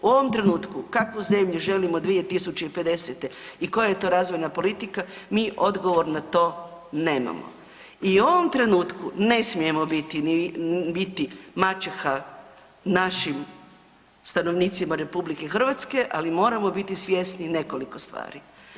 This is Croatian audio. U ovom trenutku, kakvu zemlju želimo 2050. i koja je to razvojna politika, mi odgovor na to nemamo i u ovom trenutku ne smijemo biti maćeha našim stanovnicima RH, ali moramo biti svjesni nekoliko stvari.